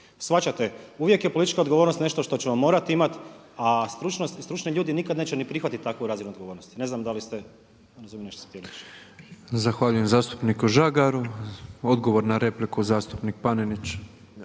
Shvaćate? Uvijek je politička odgovornost nešto što ćemo morati imat a stručni ljudi nikad neće ni prihvatiti takvu razinu odgovornosti. Ne znam da li ste razumjeli